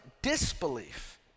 disbelief